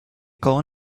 corps